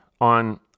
on